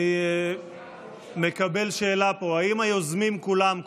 אני מקבל שאלה פה: האם היוזמים כולם,